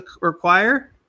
require